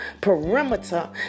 perimeter